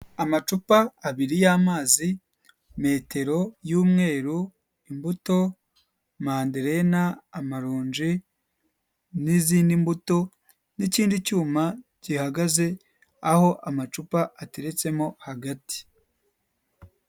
Amacupa abiri y'amazi, metero y'umweru, imbuto manderena, amaronji n'izindi mbuto, n'ikindi cyuma gihagaze aho amacupa ateretsemo hagati.